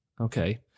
Okay